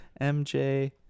MJ